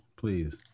please